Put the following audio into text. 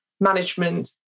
management